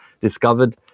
discovered